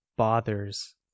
bothers